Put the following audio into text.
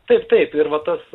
taip taip ir va tas